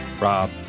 Rob